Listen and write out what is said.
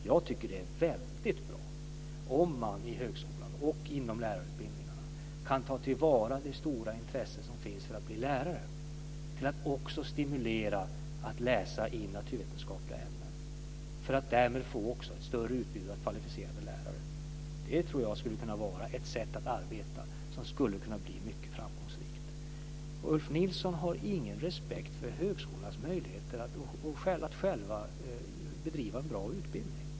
Jag tycker att det är väldigt bra om man i högskolan och inom lärarutbildningarna kan ta till vara det stora intresse som finns för att bli lärare också till att stimulera till studier i naturvetenskapliga ämnen för att därmed skapa ett större utbud av kvalificerade lärare. Jag tror att det skulle vara ett sätt att arbeta som kunde bli mycket framgångsrikt. Ulf Nilsson har ingen respekt för högkolornas möjligheter att själva bedriva en bra utbildning.